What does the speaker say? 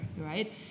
right